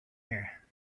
here